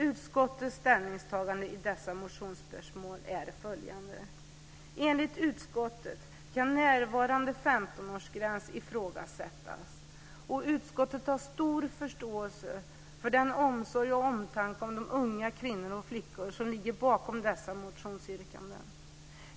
Utskottets ställningstagande i dessa motionsspörsmål är följande: Enligt utskottet kan den nuvarande 15-årsgränsen ifrågasättas, och utskottet har stor förståelse för den omsorg och omtanke om unga kvinnor och flickor som ligger bakom dessa motionsyrkanden.